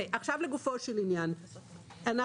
עכשיו לגופו של עניין --- אגב,